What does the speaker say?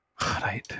Right